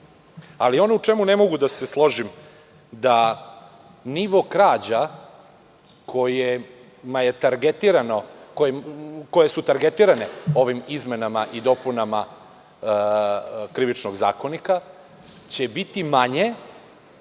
imovinom. Ono u čemu ne mogu da se složim je da nivo krađa koje su targetirane ovim izmenama i dopunama Krivičnog zakonika će biti manje